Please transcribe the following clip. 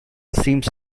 seems